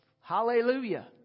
Hallelujah